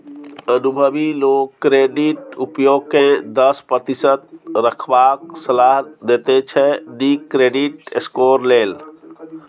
अनुभबी लोक क्रेडिट उपयोग केँ दस प्रतिशत रखबाक सलाह देते छै नीक क्रेडिट स्कोर लेल